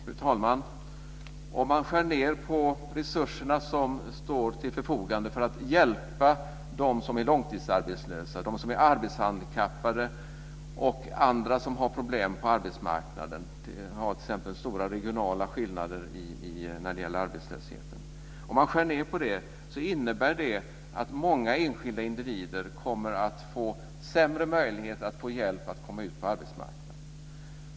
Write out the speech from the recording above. Fru talman! Om man skär ned på de resurser som står till förfogande för att hjälpa dem som är långtidsarbetslösa, dem som är arbetshandikappade och andra som har problem på arbetsmarknaden - det finns t.ex. stora regionala skillnader - innebär det att många enskilda individer får sämre möjlighet att få hjälp med att komma ut på arbetsmarknaden.